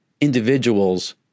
individuals